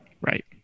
Right